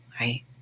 right